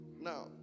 Now